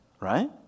Right